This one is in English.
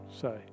say